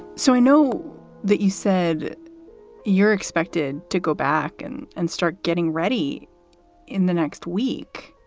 so i know that you said you're expected to go back and and start getting ready in the next week,